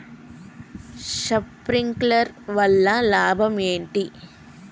Sprinkler వల్ల లాభం ఏంటి?